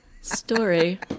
story